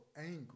angry